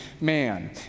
man